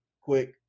quick